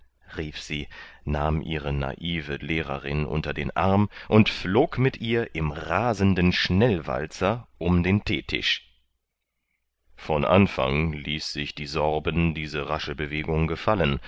rief sie nahm ihre naive lehrerin unter dem arm und flog mit ihr im rasenden schnellwalzer um den teetisch von anfang ließ sich die sorben diese rasche bewegung gefallen